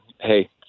hey